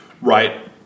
right